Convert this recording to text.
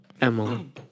Emily